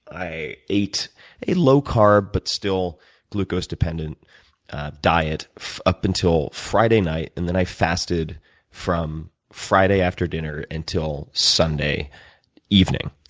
i ate a low-carb but still glucose-dependent diet up until friday night, and then i fasted from friday after dinner until sunday evening.